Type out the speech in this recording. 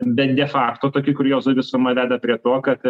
bet de fakto tokių kuriozų visuma veda prie to kad